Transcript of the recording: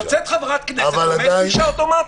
יוצאת חברת כנסת איך תשעה אוטומטית?